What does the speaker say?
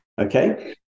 okay